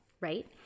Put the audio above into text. right